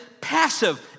passive